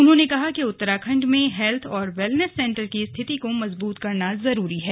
उन्होंने कहा कि उत्तराखण्ड में हेल्थ और वेलनेस सेंटर की स्थिति को मजबूत करना जरूरी है